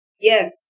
Yes